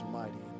mighty